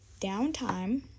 downtime